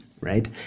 right